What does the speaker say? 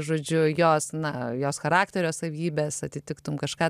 žodžiu jos na jos charakterio savybes atitiktum kažką